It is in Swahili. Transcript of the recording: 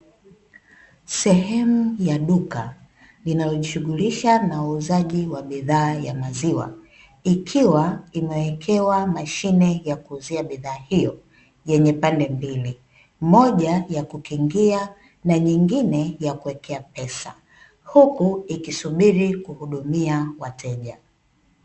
Sehemu ya duka linalojishughulisha na uuzaji wa bidhaa ya maziwa, ikiwa imewekewa mashine ya kuuzia bidhaa hiyo, yenye pande mbili moja ya kukengea na nyingine ya kuwekea pesa huku ikisubiri kuhudumia wateja